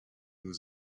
nous